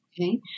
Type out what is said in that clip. okay